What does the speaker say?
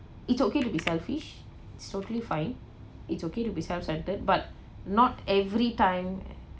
it's okay to be selfish it's totally fine it's okay to be self-centered but not every time